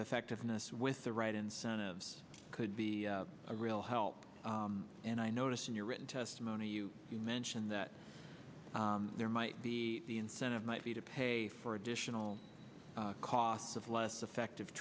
effectiveness with the right incentives could be a real help and i notice in your written testimony you mention that there might be the incentive might be to pay for additional costs of less effective